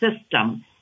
system